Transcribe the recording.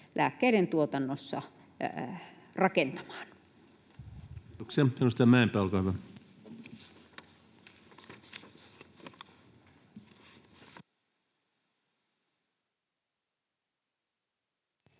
lääkkeiden tuotannossa rakentamaan. [Speech